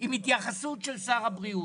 עם התייחסות של שר הבריאות.